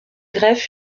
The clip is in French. greffe